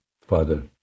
father